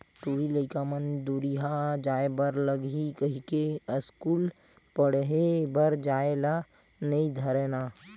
टूरी लइका मन दूरिहा जाय बर लगही कहिके अस्कूल पड़हे बर जाय ल नई धरय ना